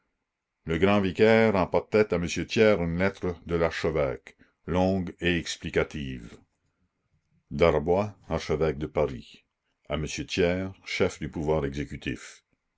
le grand vicaire emportait à m thiers une lettre de l'archevêque longue et explicative darboy archevêque de paris a m thiers chef du pouvoir exécutif